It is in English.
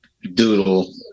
Doodle